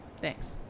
Thanks